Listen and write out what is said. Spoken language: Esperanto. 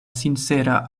sincera